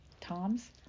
Tom's